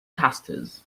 casters